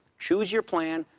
choose your plan,